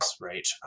right